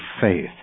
faith